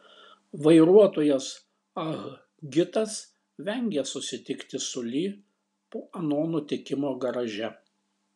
vairuotojas ah gitas vengė susitikti su li po ano nutikimo garaže